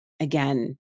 again